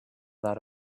that